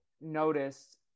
noticed